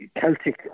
Celtic